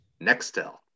Nextel